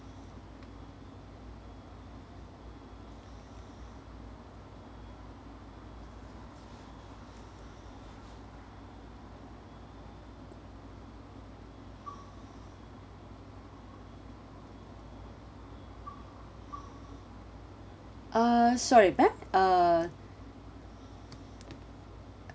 uh sorry back uh